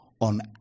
on